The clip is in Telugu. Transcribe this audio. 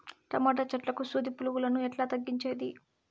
టమోటా చెట్లకు సూది పులుగులను ఎట్లా తగ్గించేది?